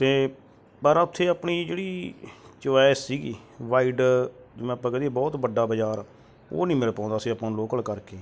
ਅਤੇ ਪਰ ਉੱਥੇ ਆਪਣੀ ਜਿਹੜੀ ਚੋਇਸ ਸੀਗੀ ਵਾਈਡ ਜਿਵੇਂ ਆਪਾਂ ਕਹਿ ਦੇਈਏ ਬਹੁਤ ਵੱਡਾ ਬਜ਼ਾਰ ਉਹ ਨਹੀਂ ਮਿਲ ਪਾਉਂਦਾ ਸੀ ਆਪਾਂ ਨੂੰ ਲੋਕਲ ਕਰਕੇ